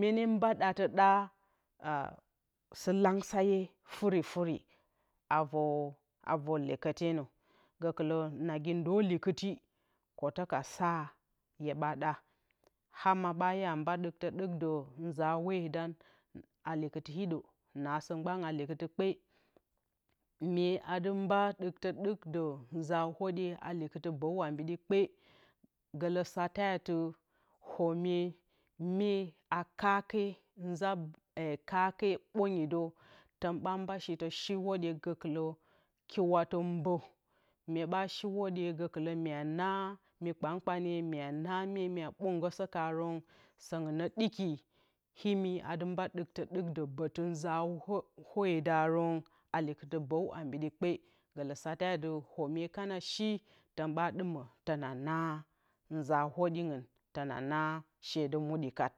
minin ba da sɨlangsǝye furifuri avǝr lyekǝtenǝ gǝkɨlǝ nagi ndǝ likɨti kote ka sa myeɗa ama ɓa iya mba ɗɨktǝ ɗɨk nza whedan a likɨtɨ hiɗo naasǝ mgban a likɨti kpe myedɨ mba ɗɨktǝ ɗɨkdǝ nza whedye a likɨttɨ bǝw ambiɗi kpe glǝ satetɨ homye a e a kake nza kake bǝngi dǝ tǝn mba shitǝ shi whǝdye gǝkɨlǝ kiwatǝ mbǝ myeɓa shi whǝdye gǝkɨlǝ mye na mi kpankpane ye naa mye mya ɓǝngǝsǝkarǝn sǝngɨn nǝ ɗiki imi a dɨ mba ɗiktǝ ɗiki bǝtɨ nza whǝdarǝn a likɨti bǝw ambiɗi kpe gǝlǝ sate atɨ oomye kana shi tǝnɓa ɗɨmǝ tɨna naa nzaa whǝdingɨn tɨna she dɨ muɗi kat